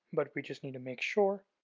but we just need to make sure.